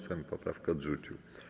Sejm poprawkę odrzucił.